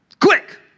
quick